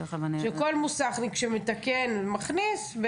שכל מוסכניק שמתקן גם יכניס.